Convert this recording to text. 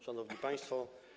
Szanowni Państwo!